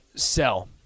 Sell